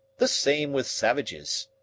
the same with savages,